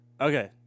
Okay